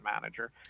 manager